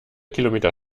kilometer